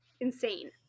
insane